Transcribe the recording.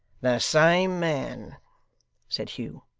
the same man said hugh.